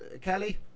Kelly